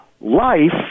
life